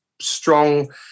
strong